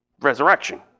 Resurrection